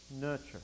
nurture